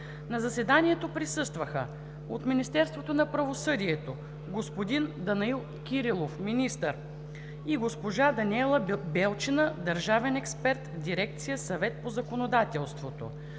На заседанието присъстваха: от Министерството на правосъдието: господин Данаил Кирилов – министър, и госпожа Даниела Белчина – държавен експерт в дирекция „Съвет по законодателство“;